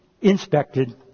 inspected